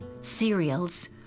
cereals